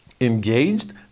engaged